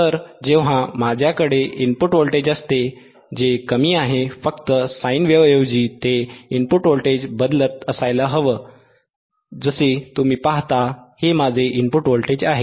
तर जेव्हा माझ्याकडे इनपुट व्होल्टेज असते जे कमी आहे फक्त साइन वेव्ह ऐवजी ते इनपुट व्होल्टेज बदलत असायला हवं जसे तुम्ही पाहता हे माझे इनपुट व्होल्टेज आहे